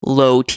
low